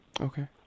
okay